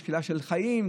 יש שאלה של חיים,